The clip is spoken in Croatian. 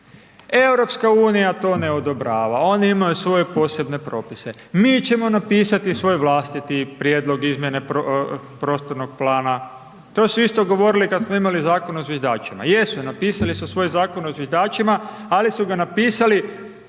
proceduru, EU to ne odobrava, oni imaju svoje posebne propise, mi ćemo napisati svoj vlastiti prijedlog izmjene prostornog plana. To su isto govorili kad smo imali zakon o zviždačima, jesu, napisali su svoj zakon o zviždačima ali su ga napisali